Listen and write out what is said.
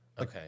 Okay